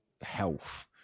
health